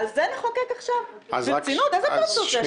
את זה נחוקק עכשיו, איזה פרצוף יש לנו?